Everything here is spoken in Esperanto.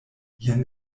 jen